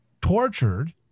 tortured